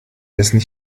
dessen